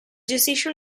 gestisce